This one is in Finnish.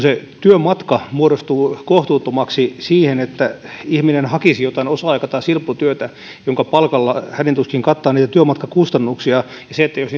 se työmatka voi muodostua kohtuuttomaksi suhteessa siihen että ihminen hakisi jotain osa aika tai silpputyötä jonka palkalla hädin tuskin kattaa niitä työmatkakustannuksia jos